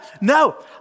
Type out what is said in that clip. No